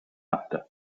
after